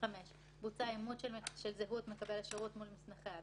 כמתקיימת ובלבד שמקבל השירות הצהיר על